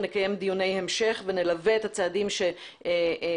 נקיים דיוני המשך ונלווה את הצעדים שהממשלה